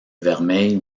vermeil